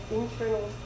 internal